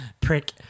Prick